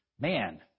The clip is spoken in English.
Man